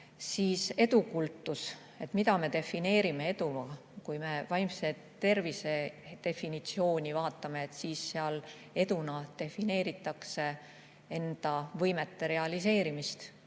Siis edukultus, mida me defineerime eduna. Kui me vaimse tervise definitsiooni vaatame, siis seal eduna defineeritakse enda võimete realiseerimist.